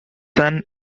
son